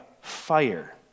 fire